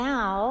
Now